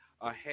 ahead